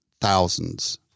thousands